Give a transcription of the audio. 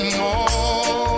more